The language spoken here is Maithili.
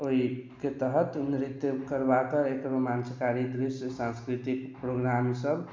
ओहिके तहत नृत्य करबाके एक रोमाञ्चकारी दृश्य सांस्कृतिक प्रोग्रामसभ